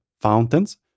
fountains